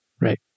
Right